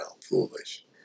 foolish